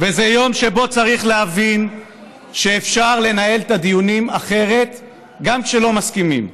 זה יום שבו צריך להבין שאפשר לנהל את הדיונים אחרת גם כשלא מסכימים.